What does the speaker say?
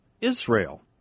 Israel